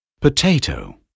potato